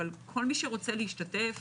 אבל כל מי שרוצה להשתתף,